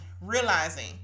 realizing